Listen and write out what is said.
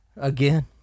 Again